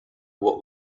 what